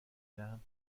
دهم